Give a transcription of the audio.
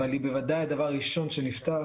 היא בוודאי הדבר הראשון שנפתח,